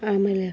ಆಮೇಲೆ